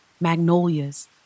magnolias